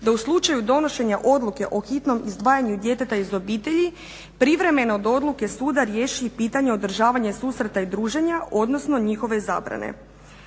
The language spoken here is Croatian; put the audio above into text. da u slučaju donošenja odluke o hitnom izdvajanju djeteta iz obitelji privremeno do odluke suda riješi i pitanje održavanja susreta i druženja odnosno njihove zabrane.